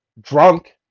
drunk